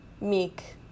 meek